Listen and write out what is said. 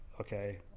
okay